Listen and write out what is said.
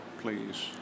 please